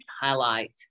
highlight